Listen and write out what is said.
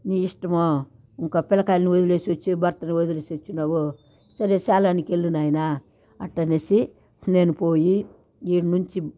నీ ఇష్టము ఇంక పిల్లకాయలను వదిలేసి వచ్చి భర్తను వదిలేసి వచ్చినావు సరే సేలానికి వెళ్ళు నాయన అట్టనేసి నేను పోయి ఈడి నుంచి